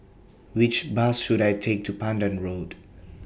Which Bus should I Take to Pandan Road